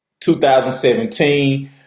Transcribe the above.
2017